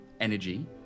energy